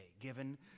Given